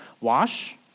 Wash